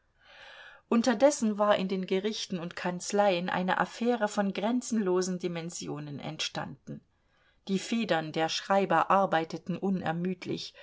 unterdessen war in den gerichten und kanzleien eine affäre von grenzenlosen dimensionen entstanden die federn der schreiber arbeiteten unermüdlich